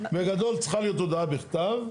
בגדול, צריכה להיות הודעה בכתב.